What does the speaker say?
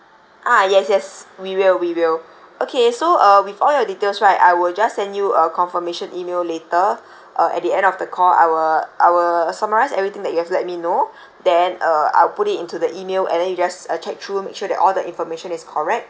ah yes yes we will we will okay so uh with all your details right I will just send you a confirmation email later uh at the end of the call I will I will summarise everything that you have let me know then uh I'll put it into the email and then you just uh check through and make sure that all the information is correct